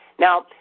Now